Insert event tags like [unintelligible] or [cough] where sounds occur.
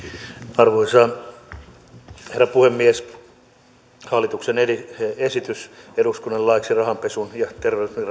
arvoisa herra puhemies hallituksen esitys eduskunnalle laiksi rahanpesun ja terrorismin [unintelligible]